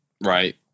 Right